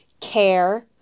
care